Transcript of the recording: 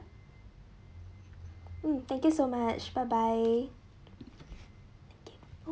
mm thank you so much bye bye